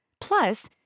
Plus